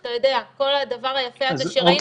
כל הדבר היפה הזה שראינו?